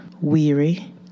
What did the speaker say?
weary